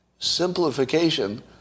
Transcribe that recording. Simplification